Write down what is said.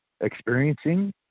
experiencing